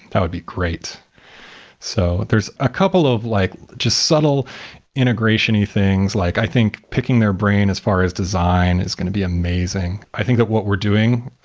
that would be great so there's a couple of like just subtle integration things. like i think picking their brain as far as design is going to be amazing. i think that what we're doing,